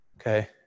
Okay